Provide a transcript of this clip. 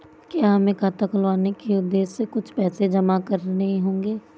क्या हमें खाता खुलवाने के उद्देश्य से कुछ पैसे जमा करने होंगे?